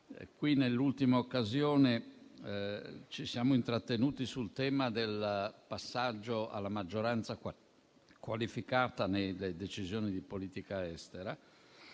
Nell'ultima occasione ci siamo intrattenuti sul tema del passaggio alla maggioranza qualificata nelle decisioni di politica estera.